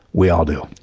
we all do.